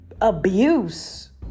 abuse